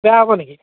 বেয়া হ'ব নেকি